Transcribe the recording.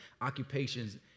occupations